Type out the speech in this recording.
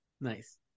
Nice